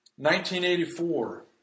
1984